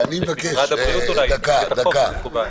משרד הבריאות אולי --- רגע.